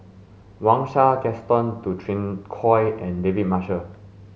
Wang Sha Gaston Dutronquoy and David Marshall